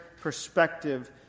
perspective